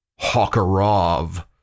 Hawkerov